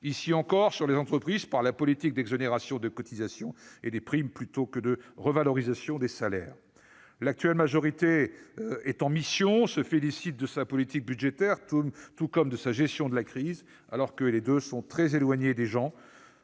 entreprises auxquelles on applique une politique d'exonérations de cotisations et de primes, plutôt que d'encourager une revalorisation des salaires. L'actuelle majorité est en mission. Elle se félicite de sa politique budgétaire tout comme de sa gestion de la crise, alors que les deux sont très éloignées des gens.